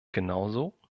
genauso